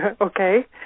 Okay